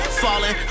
falling